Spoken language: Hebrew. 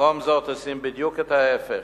במקום זאת עושים בדיוק את ההיפך: